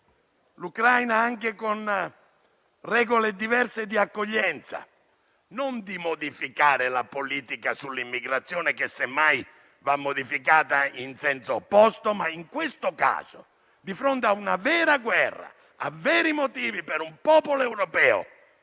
l'Ucraina anche con regole di accoglienza diverse e non di modificare la politica sull'immigrazione, che semmai va modificata in senso opposto. In questo caso, di fronte a una vera guerra e veri motivi per un popolo europeo